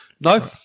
No